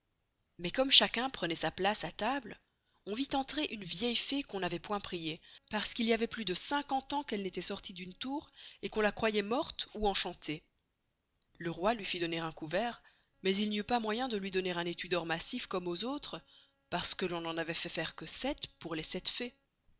mais comme chacun prenoit sa place à table on vit entrer une vieille fée qu'on n'avait point priée parce qu'il y avait plus de cinquante ans qu'elle n'estoit sortie d'une tour et qu'on la croyoit morte ou enchantée le roi lui fit donner un couvert mais il n'y eut pas moyen de lui donner un estuy d'or massif comme aux autres parce que l'on n'en avoit fait faire que sept pour les sept fées